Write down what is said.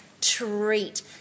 treat